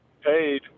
paid